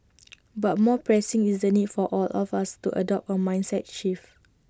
but more pressing is the need for all of us to adopt A mindset shift